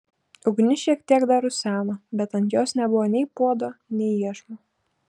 ugnis šiek tiek dar ruseno bet ant jos nebuvo nei puodo nei iešmo